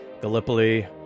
Gallipoli